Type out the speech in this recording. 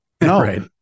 No